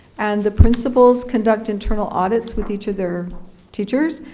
and the principals conduct internal audits with each of their teachers,